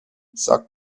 sag